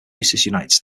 massachusetts